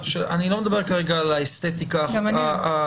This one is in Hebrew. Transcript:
אני לא מדבר כרגע על האסתטיקה הניסוחית.